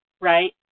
Right